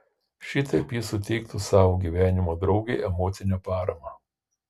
šitaip jis suteiktų savo gyvenimo draugei emocinę paramą